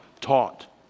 taught